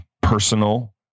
personal